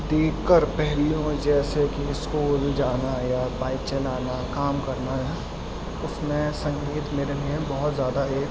دیگر پہلوؤں جیسے کہ اسکول جانا یا بائیک چلانا کام کرنا ہے اس میں سنگیت میرے لیے بہت زیادہ ایک